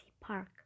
park